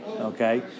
Okay